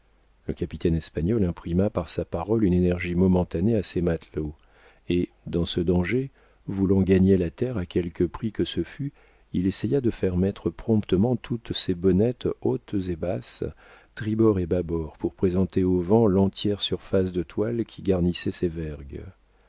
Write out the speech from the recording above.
le capitaine espagnol imprima par sa parole une énergie momentanée à ses matelots et dans ce danger voulant gagner la terre à quelque prix que ce fût il essaya de faire mettre promptement toutes ses bonnettes hautes et basses tribord et bâbord pour présenter au vent l'entière surface de toile qui garnissait ses vergues